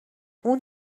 اون